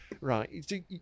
Right